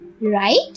right